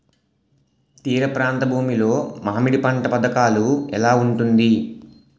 తీర ప్రాంత భూమి లో మామిడి పంట పథకాల ఎలా ఉంటుంది?